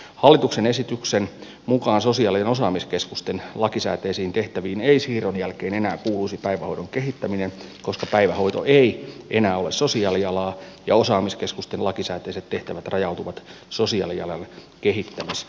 hallituksen esityksen mukaan sosiaalialan osaamiskeskusten lakisääteisiin tehtäviin ei siirron jälkeen enää kuuluisi päivähoidon kehittäminen koska päivähoito ei enää ole sosiaalialaa ja osaamiskeskusten lakisääteiset tehtävät rajautuvat sosiaalialan kehittämistoimintaan